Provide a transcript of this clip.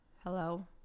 hello